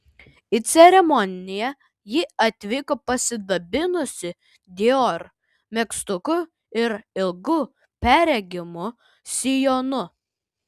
į ceremoniją ji atvyko pasidabinusi dior megztuku ir ilgu perregimu sijonu